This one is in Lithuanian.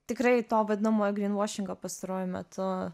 tikrai to vadinamojo grinvošingo pastaruoju metu